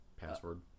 Password